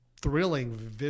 thrilling